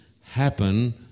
happen